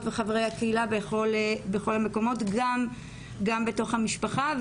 וחברי הקהילה בכל המקומות וגם בתוך המשפחה.